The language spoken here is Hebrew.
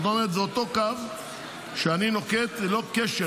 זה אותו קו שאני נוקט ללא קשר.